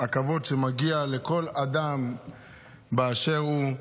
הכבוד שמגיע לכל אדם באשר הוא.